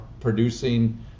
producing